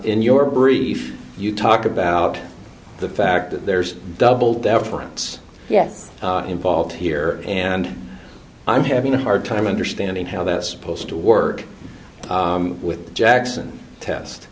in your brief you talked about the fact that there's double deference yet involved here and i'm having a hard time understanding how that's supposed to work with the jackson test